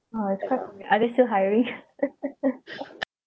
oh it's quite are they still hiring